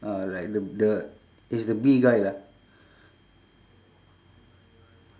uh like the the it's the bee guy lah